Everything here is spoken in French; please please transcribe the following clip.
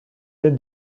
êtes